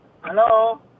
Hello